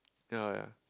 ya